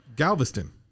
Galveston